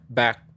back